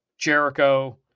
Jericho